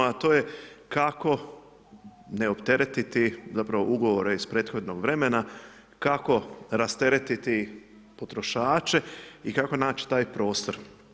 A to je, kako ne opteretiti zapravo ugovore iz prethodnog vremena, kako rasteretiti potrošače i kako naći taj prostor.